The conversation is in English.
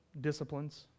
disciplines